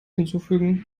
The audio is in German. hinzufügen